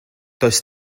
does